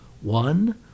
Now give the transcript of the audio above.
one